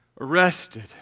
arrested